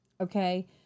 Okay